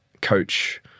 coach